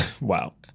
Wow